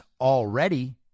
already